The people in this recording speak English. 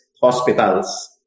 hospitals